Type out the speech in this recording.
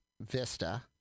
vista